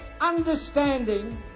understanding